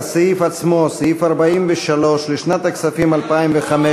לסעיף 43, המרכז למיפוי ישראל, לשנת התקציב 2015,